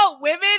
women